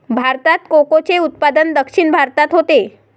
भारतात कोकोचे उत्पादन दक्षिण भारतात होते